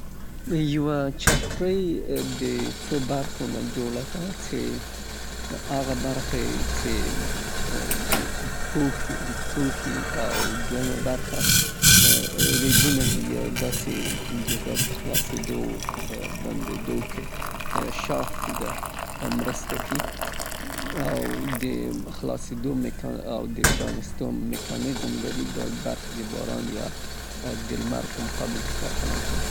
چتری له څو اساسي برخو نه جوړه سوېده چه یو شخص د باران او لمر په مقابل کې پوښي. د چتري تکه یا ټوکر ده. د چتری لاستی ده. او هغه سپورټیف سیمان د څې چتری خلاصولو کې مرسته کوي او همدارنګه د چتری مزی چه چتری پرې تړل کیږي.